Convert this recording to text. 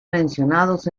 mencionados